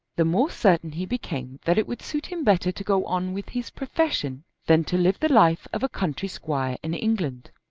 the more certain he became that it would suit him better to go on with his profession than to live the life of a country squire in england.